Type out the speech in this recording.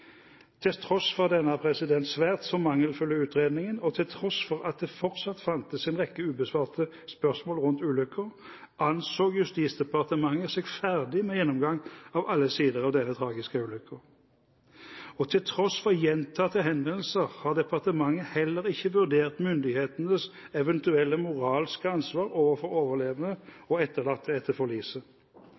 Til tross for denne svært så mangelfulle utredningen, og til tross for at det fortsatt fantes en rekke ubesvarte spørsmål rundt ulykken, anså Justisdepartementet seg ferdig med gjennomgang av alle sider av denne tragiske ulykken. Og til tross for gjentatte henvendelser har departementet heller ikke vurdert myndighetenes eventuelle moralske ansvar overfor overlevende og etterlatte etter